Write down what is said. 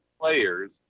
players